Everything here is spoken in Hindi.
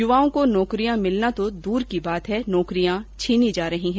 युवाओं को नौकरियां मिलना तो दूर की बात है नौकरियां जा रही हैं